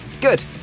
Good